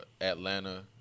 Atlanta